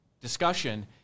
discussion